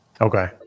Okay